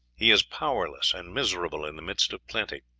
he is powerless and miserable in the midst of plenty.